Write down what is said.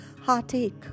heartache